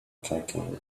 calculator